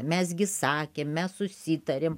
mes gi sakėm mes susitarėm